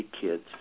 kids